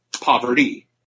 poverty